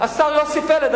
השר יוסי פלד.